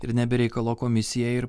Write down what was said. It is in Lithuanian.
ir ne be reikalo komisija ir